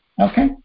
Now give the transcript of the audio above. Okay